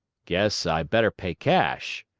guess i better pay cash,